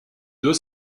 deux